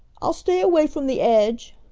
i'll stay away from the edge!